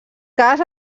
cas